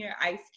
Ice